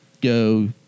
go